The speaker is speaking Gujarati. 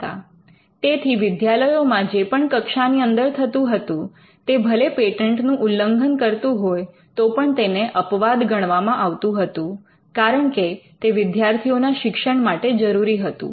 તેથી વિશ્વવિદ્યાલયોમાં જે પણ કક્ષાની અંદર થતું હતું તે ભલે પેટન્ટ નું ઉલ્લંઘન કરતું હોય તો પણ તેને અપવાદ ગણવામાં આવતું હતું કારણકે તે વિદ્યાર્થીઓના શિક્ષણ માટે જરૂરી હતું